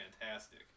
fantastic